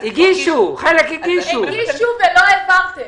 הגישו ולא העברתם.